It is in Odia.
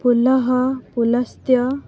ପୁଲହ ପୁଲସ୍ଥ୍ୟ